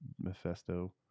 Mephisto